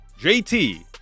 JT